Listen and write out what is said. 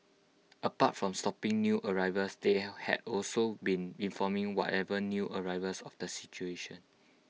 apart from stopping new arrivals they had also been informing whatever new arrivals of the situation